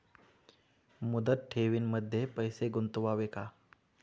मुदत ठेवींमध्ये पैसे गुंतवावे का?